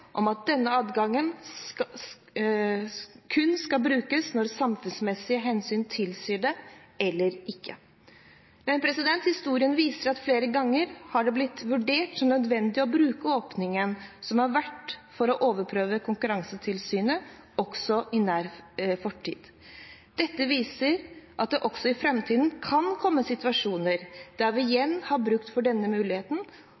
om at denne adgangen kun skal brukes når samfunnsmessige hensyn tilsier det – ellers ikke. Men historien viser at det flere ganger har blitt vurdert som nødvendig å bruke åpningen som har vært for å overprøve Konkurransetilsynet, også i nær fortid. Dette viser at det også i framtiden kan komme situasjoner der vi